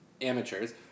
amateurs